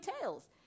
tails